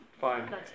fine